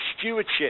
stewardship